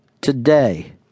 today